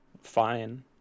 fine